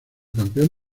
campeón